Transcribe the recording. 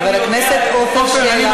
חבר הכנסת עפר שלח,